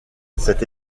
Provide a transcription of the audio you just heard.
cette